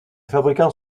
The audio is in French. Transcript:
fabricants